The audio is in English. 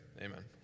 Amen